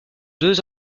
deux